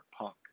punk